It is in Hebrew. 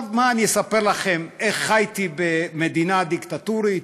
מה, אני אספר לכם איך חייתי במדינה דיקטטורית?